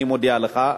אני מודיע לך.